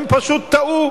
הם פשוט טעו,